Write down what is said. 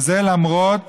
וזה למרות